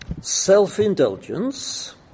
self-indulgence